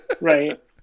Right